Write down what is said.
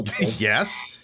Yes